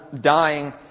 dying